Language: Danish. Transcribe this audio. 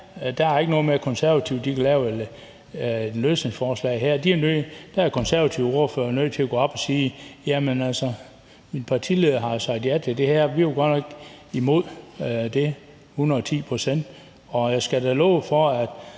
er der ikke noget med, at Konservative kan lave et løsningsforslag. Her er den konservative ordfører nødt til at gå op og sige: Min partileder har sagt ja til det her, selv om vi godt nok var imod de 110 pct. Og jeg skal da love for, at